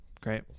great